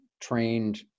trained